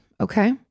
Okay